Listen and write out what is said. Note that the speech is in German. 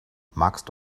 magst